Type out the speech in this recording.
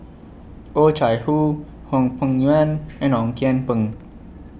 Oh Chai Hoo Hwang Peng Yuan and Ong Kian Peng